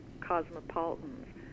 cosmopolitans